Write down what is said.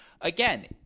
again